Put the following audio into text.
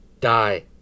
Die